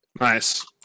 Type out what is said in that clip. nice